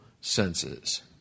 senses